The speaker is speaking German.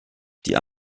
die